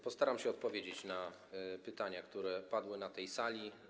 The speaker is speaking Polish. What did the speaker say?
Postaram się odpowiedzieć na pytania, które padły na tej sali.